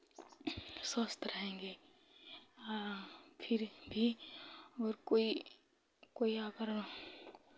स्वस्थ रहेंगे फिर भी अगर कोई कोई आकर